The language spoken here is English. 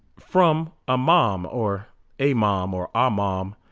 from a mom or a mom or our mom